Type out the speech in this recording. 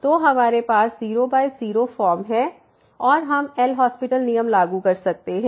तो हमारे पास 00 फॉर्म है और हम एल हास्पिटल LHospital नियम लागू कर सकते हैं